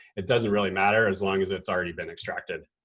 it doesn't really matter, as long as it's already been extracted.